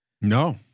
No